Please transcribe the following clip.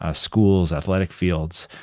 ah schools, athletic fields,